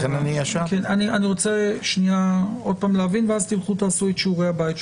אני רוצה שוב להבין ואז תלכו לעשות שיעורי בית.